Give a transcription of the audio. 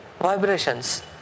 vibrations